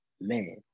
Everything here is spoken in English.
man